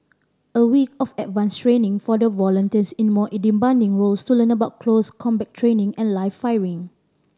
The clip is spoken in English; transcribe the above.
a week of advanced training for volunteers in more in demanding roles to learn about close combat training and live firing